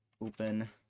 open